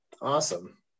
Awesome